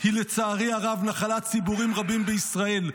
היא לצערי הרב נחלת ציבורים רבים בישראל,